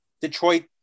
Detroit